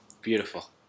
Beautiful